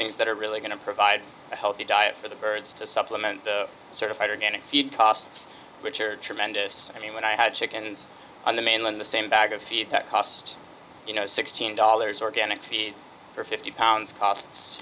things that are really going to provide a healthy diet for the birds to supplement the certified organic feed costs which are tremendous i mean when i had chickens on the mainland the same bag of feed cost you know sixteen dollars organic feed for fifty pounds costs